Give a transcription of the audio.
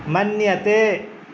मन्यते